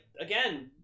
again